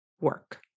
work